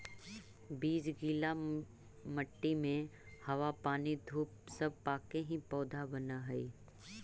बीज गीला मट्टी में हवा पानी धूप सब पाके ही पौधा बनऽ हइ